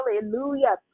hallelujah